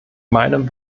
meinem